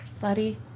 buddy